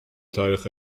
تاریخ